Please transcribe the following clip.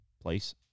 place